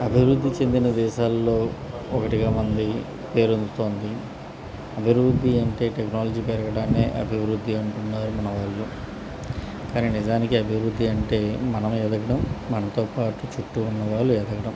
అభివృద్ధి చెందిన దేశాల్లో ఒకటిగా మంది పేరుందుతోంది అభివృద్ధి అంటే టెక్నాలజీ పెరగడాన్నే అభివృద్ధి అంటున్నారు మన వాళ్ళు కానీ నిజానికి అభివృద్ధి అంటే మనం ఎదగడం మనతో పాటు చుట్టూ ఉన్నవాళ్ళు ఎదగడం